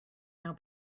now